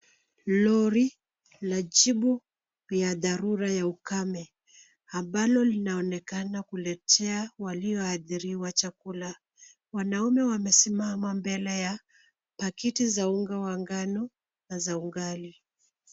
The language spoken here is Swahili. Lori la jibu ya dharura ya ukame, ambalo linaonekana kuletea walioadhiriwa chakula. Wanaume wamesimama mbele ya pakiti za unga wa ngano na za ugali.